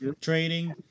training